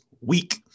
week